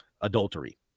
adultery